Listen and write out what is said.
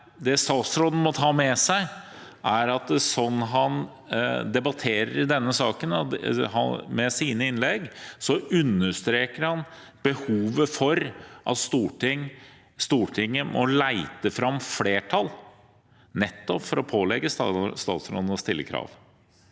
statsråden må ta med seg, er at slik han debatterer i denne saken, understreker han behovet for at Stortinget må lete fram flertall nettopp for å pålegge statsråden å stille krav.